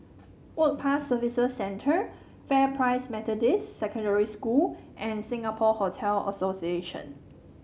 Work Pass Service Centre Methodist Secondary School and Singapore Hotel Association